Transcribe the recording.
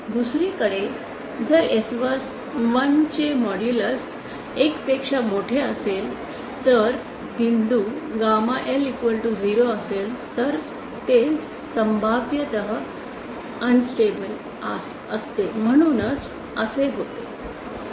दुसरीकडे जर S11 चे मॉड्यूलस 1 पेक्षा मोठे असेल तर बिंदू गामा L 0 असेल तर ते संभाव्यत अस्थिर असते म्हणूनच असे होते